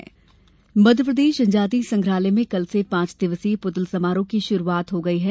पुतुल समारोह मध्यप्रदेश जनजातीय संग्रहालय में कल से पांच दिवसीय पुतुल समारोह की शुरूआत हो गई है